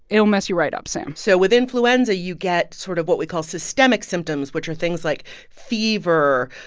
it'll mess you right up, sam so with influenza, you get sort of what we call systemic symptoms, which are things like fever,